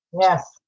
Yes